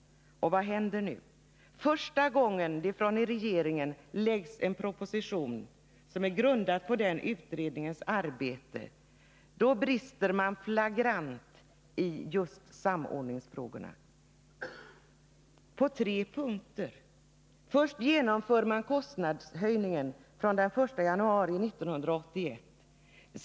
Vad händer nu? Jo, första gången regeringen lägger fram en proposition som är grundad på denna utrednings arbete, då brister man flagrant på tre punkter just när det gäller samordningsfrågorna. Först genomför man kostnadshöjningen från den 1 januari 1981.